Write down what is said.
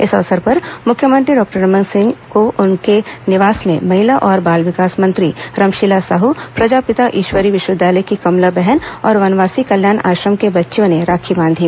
इस अवसर पर मुख्यमंत्री डॉक्टर रमन सिंह को उनके निवास में महिला और बाल विकास मंत्री रमशीला साह प्रजापिता ईश्वरी विश्वविद्यालय की कमला बहन और वनवासी कल्याण आश्रम के बच्चियों ने राखी बांधी